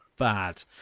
bad